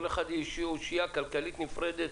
כל אחד הוא אושיה כלכלית נפרדת